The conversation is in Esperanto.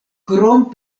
krom